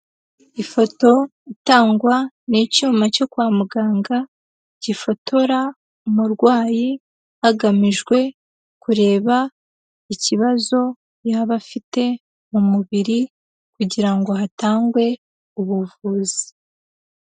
Ifoto itangwa n'icyuma cyo kwa muganga, gifotora umurwayi hagamijwe kureba ikibazo yaba afite mu mubiri kugira ngo hatangwe ubuvuzi.